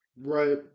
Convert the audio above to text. Right